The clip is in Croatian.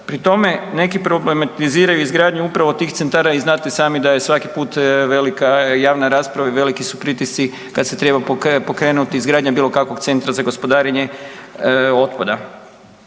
Pri tome neki problematiziraju izgradnju upravo tih centara i znate i sami da je svaki put velika javna rasprava i veliki su pritisci kad se treba pokrenuti izgradnja bilo kakvog centra za gospodarenje otpada.